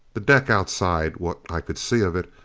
the deck outside, what i could see of it,